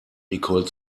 nicole